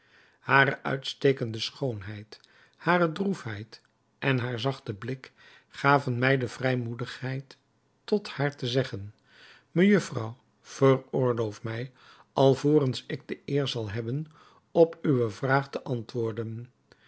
hare uitstekende schoonheid hare droefheid en haar zachte blik gaven mij de vrijmoedigheid tot haar te zeggen mejufvrouw veroorloof mij alvorens ik de eer zal hebben op uwe vraag te antwoorden